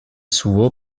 suo